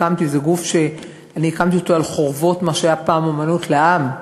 גוף שהקמתי על חורבות מה שהיה פעם "אמנות לעם",